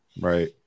right